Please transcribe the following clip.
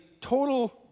total